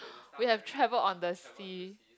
we have travelled on the sea